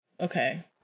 okay